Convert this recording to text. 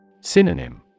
Synonym